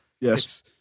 Yes